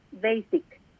basic